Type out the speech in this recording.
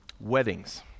Weddings